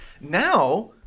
now